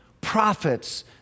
prophets